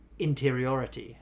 interiority